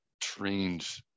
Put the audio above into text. trained